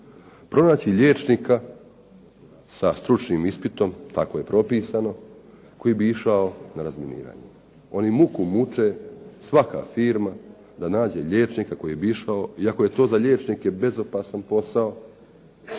Pronaći liječnika sa stručnim ispitom, tako je propisano koji bi išao na razminiranje. Oni muku muče, svaka firma, da nađu liječnika koji bi išao, iako je to za liječnike bezopasan posao,